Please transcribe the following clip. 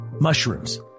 mushrooms